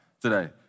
today